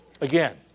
again